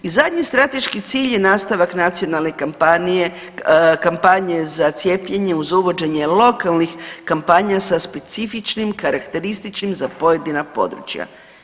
I zadnji strateški cilj je nastavak nacionalne kampanje za cijepljenje uz uvođenje lokalnih kampanja sa specifičnim karakterističnim za pojedina područja.